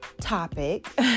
topic